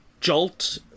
Jolt